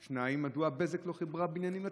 2. מדוע בזק לא חיברה בניינים לתשתית?